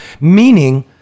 Meaning